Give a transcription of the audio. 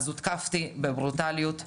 הותקפתי בברוטליות,